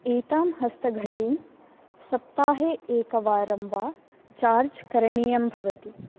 एतां हस्तघटीं सप्ताहे एकवारं वा चार्ज् करणीयं भवति